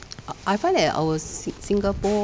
I find that our si~ singapore